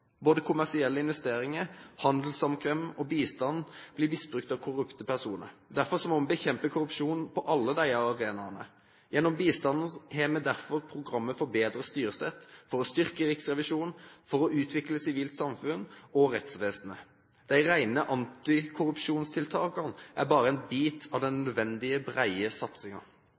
Både kommersielle investeringer, handelssamkvem og bistand blir misbrukt av korrupte personer. Derfor må vi bekjempe korrupsjon på alle disse arenaene. Gjennom bistanden har vi derfor programmer for bedre styresett, for å styrke riksrevisjonen, for å utvikle sivilt samfunn og rettsvesenet. De rene antikorrupsjonstiltakene er bare en bit av den nødvendige,